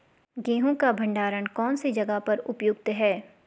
गेहूँ का भंडारण कौन सी जगह पर उपयुक्त है?